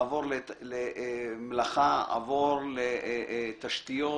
עבור למלאכה, עבור לתשתיות.